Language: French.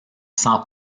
sans